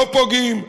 לא פוגעים,